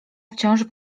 wciąż